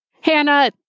Hannah